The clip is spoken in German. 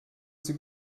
sie